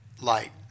light